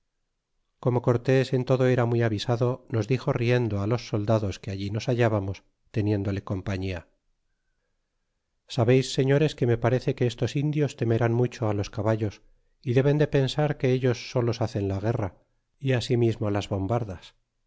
como cortés en todo era muy avisado nos dixo riendo a los soldados que allí nos hallamos teniéndole compañía sabeis señores que nie parece que estos indios temerán mucho los caballos y deben de pensar que ellos solos hacen la guerra y asimismo las bombardas